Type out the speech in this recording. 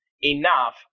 enough